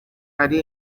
ari